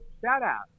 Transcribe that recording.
Shout-out